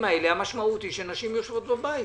המשמעות היא שנשים יושבות בבית